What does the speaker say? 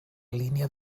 línia